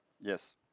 Yes